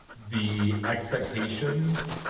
the expectations